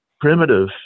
primitive